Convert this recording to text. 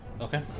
Okay